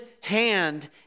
hand